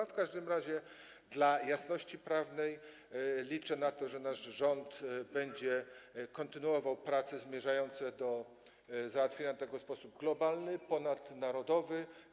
W każdym razie dla jasności prawnej liczę na to, że nasz rząd będzie kontynuował prace zmierzające do załatwienia tego w sposób globalny, ponadnarodowy.